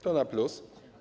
To na plus.